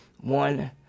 One